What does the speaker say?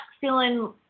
feeling